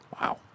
Wow